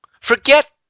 Forget